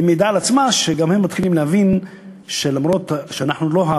מעידה שגם הם מתחילים להבין שלמרות שאנחנו לא hub,